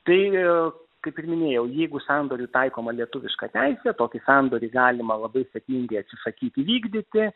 tai kaip ir minėjau jeigu sandoriui taikoma lietuviška teisė tokį sandorį galima labai sėkmingai atsisakyti vykdyti